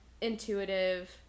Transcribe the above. intuitive